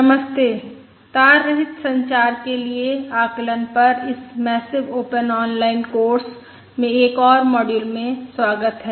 नमस्ते तार रहित संचार के लिए आकलन पर इस मैसिव ओपन ऑनलाइन कोर्स में एक और मॉड्यूल में स्वागत है